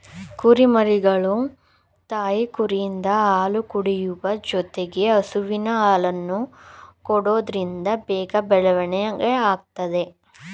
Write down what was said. ಕುರಿಮರಿಗಳು ತಾಯಿ ಕುರಿಯಿಂದ ಹಾಲು ಕುಡಿಯುವ ಜೊತೆಗೆ ಹಸುವಿನ ಹಾಲನ್ನು ಕೊಡೋದ್ರಿಂದ ಬೇಗ ಬೆಳವಣಿಗೆ ಆಗುತ್ತದೆ